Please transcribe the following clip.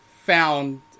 found